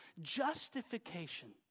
justification